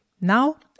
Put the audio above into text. now